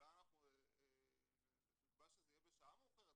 אולי אנחנו נקבע שזה יהיה בשעה מאוחרת,